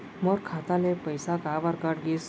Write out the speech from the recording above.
मोर खाता ले पइसा काबर कट गिस?